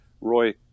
Roy